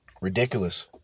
Ridiculous